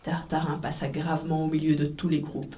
tartarin passa gravement au milieu de tous les groupes